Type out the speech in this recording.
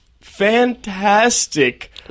fantastic